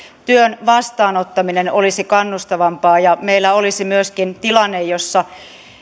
työn vastaanottaminen olisi kannustavampaa ja meillä olisi myöskin tilanne jossa